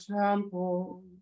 temple